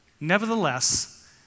Nevertheless